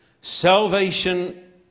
Salvation